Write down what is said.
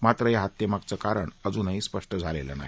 मात्र या हत्येमागचं कारण अजूनही स्पष्ट झालेलं नाही